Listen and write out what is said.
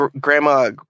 Grandma